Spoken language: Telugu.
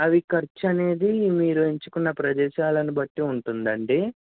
అది ఖర్చు అనేది మీరు ఎంచుకునే ప్రదేశాలను బట్టి ఉంటుందండి